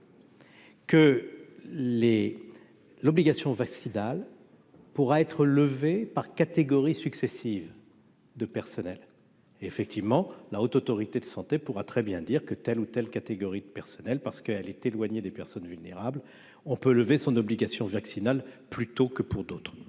les l'obligation vaccinale pourra être levé par catégorie successives de personnel effectivement la Haute autorité de santé pourra très bien dire que telle ou telle catégorie de personnel parce qu'elle est éloignée des personnes vulnérables, on peut lever son obligation vaccinale plutôt que pour d'autres.